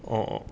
or